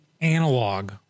analog